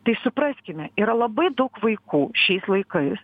tai supraskime yra labai daug vaikų šiais laikais